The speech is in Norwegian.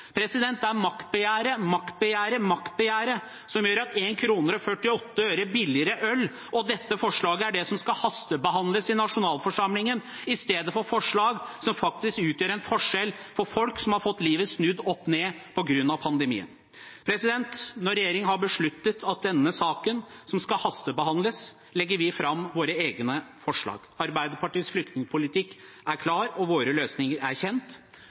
Det er maktbegjæret, maktbegjæret, maktbegjæret som gjør at det blir 1 krone og 48 øre billigere øl, og at dette forslaget er det som skal hastebehandles i nasjonalforsamlingen, i stedet for forslag som faktisk utgjør en forskjell for folk som har fått livet snudd opp ned på grunn av pandemien. Når regjeringen har besluttet at det er denne saken som skal hastebehandles, legger vi fram våre egne forslag. Arbeiderpartiets flyktningpolitikk er klar, og våre løsninger er kjent.